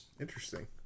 Interesting